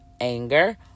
anger